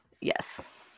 Yes